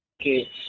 Okay